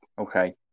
okay